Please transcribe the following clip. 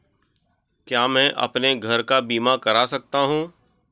क्या मैं अपने घर का बीमा करा सकता हूँ?